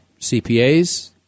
CPAs